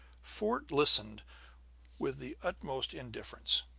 fort listened with the utmost indifference,